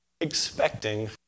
expecting